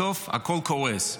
בסוף הכול קורס.